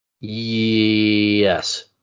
Yes